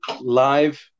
live –